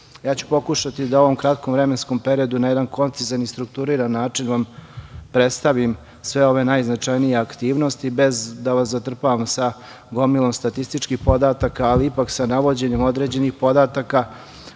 ću pokušati da u ovom kratkom vremenskom periodu, na jedan koncizan i strukturiran način vam predstavim sve ove najznačajnije aktivnosti, bez da vas zatrpavam sa gomilom statističkih podataka, ali ipak sa navođenjem određenih podataka